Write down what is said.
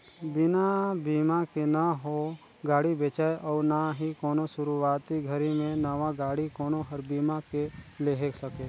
बिना बिमा के न हो गाड़ी बेचाय अउ ना ही कोनो सुरूवाती घरी मे नवा गाडी कोनो हर बीमा के लेहे सके